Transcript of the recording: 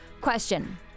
question